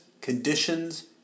conditions